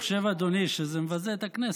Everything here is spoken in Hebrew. אדוני, שזה מבזה את הכנסת.